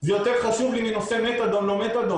זה יותר חשוב לי מנושא מתדון לא מתדון.